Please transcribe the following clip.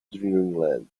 dreamland